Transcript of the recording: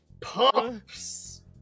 pumps